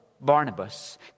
Barnabas